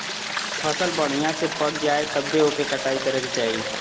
फसल बढ़िया से पक जाये तब्बे ओकर कटाई करे के चाही